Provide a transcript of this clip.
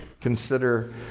Consider